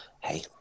hey